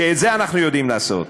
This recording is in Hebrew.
כי את זה אנחנו יודעים לעשות,